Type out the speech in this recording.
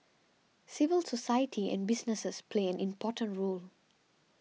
civil society and businesses play an important role